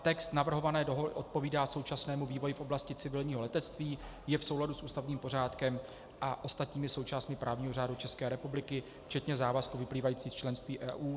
Text navrhované dohody odpovídá současnému vývoji v oblasti civilního letectví, je v souladu s ústavním pořádkem a ostatními součástmi právního řádu České republiky včetně závazků vyplývajících z členství EU.